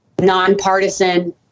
nonpartisan